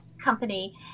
company